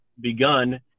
begun